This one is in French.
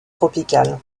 tropicales